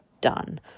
done